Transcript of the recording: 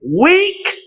weak